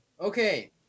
Okay